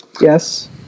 yes